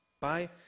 Bye